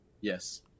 Yes